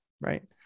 right